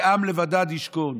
כ"עם לבדד יִשְׁכֹּן".